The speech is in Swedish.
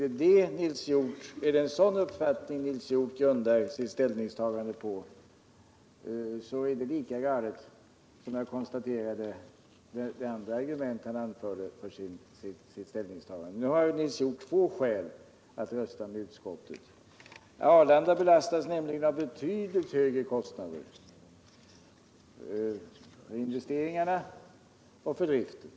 Om det är en sådan uppfattning som Nils Hjorth grundar sitt ställningstagande på, så är det lika galet som jag konstaterade att många andra av de argument var som han anförde för sitt ställningstagande. Nu har Nils Hjorth två skäl för att rösta för utskottsmajoritetens förslag. Arlanda belastas med betydligt högre kostnader för investeringarna och driften.